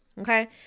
Okay